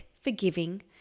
forgiving